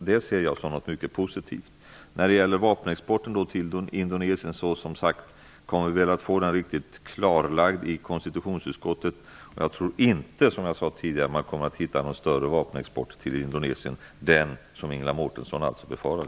Det ser jag som något mycket positivt. Indonesien kommer som sagt att bli ordentligt klarlagda i konstitutionsutskottet. Jag tror inte att man kommer att hitta den stora vapenexport till Indonesien som Ingela Mårtensson befarar.